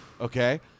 Okay